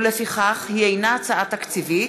ולפיכך היא אינה הצעה תקציבית.